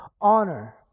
honor